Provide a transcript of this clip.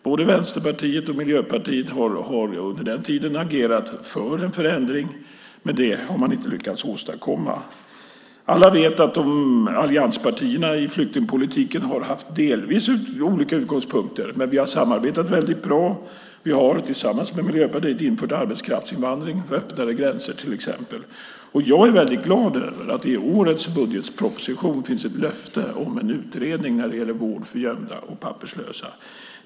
Både Vänsterpartiet och Miljöpartiet har under den tiden agerat för en förändring. Men det har man inte lyckats åstadkomma. Alla vet att allianspartierna har haft delvis olika utgångspunkter i flyktingpolitiken. Men vi har samarbetat väldigt bra. Vi har till exempel tillsammans med Miljöpartiet infört arbetskraftsinvandring och öppnare gränser. Jag är väldigt glad över att det i årets budgetproposition finns ett löfte om en utredning om vård för gömda och papperslösa.